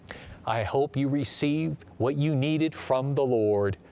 i hope you receive what you needed from the lord.